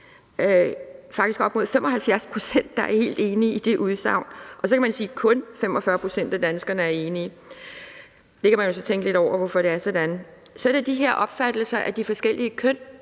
faktisk op mod 75 pct., der er helt enige i det udsagn, og så kan man sige, at kun 45 pct. af danskerne er enige. Det kan man jo så tænkte lidt over hvorfor er sådan. Så er der de forskellige opfattelser af de forskellige køn,